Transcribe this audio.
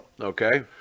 Okay